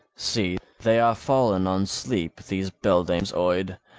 see, they are fallen on sleep, these beldames oid,